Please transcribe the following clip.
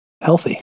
healthy